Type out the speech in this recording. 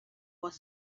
was